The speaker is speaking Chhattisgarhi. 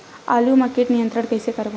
आलू मा कीट नियंत्रण कइसे करबो?